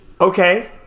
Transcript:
Okay